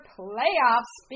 playoffs